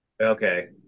Okay